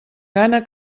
gana